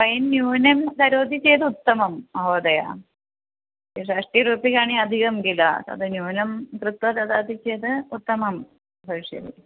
fan न्यूनं करोति चेत् उत्तमं महोदया षष्टिरूप्यकाणि अधिकं किल तत् न्यूनं कृत्वा ददाति चेत् उत्तमं भविष्यति